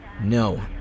No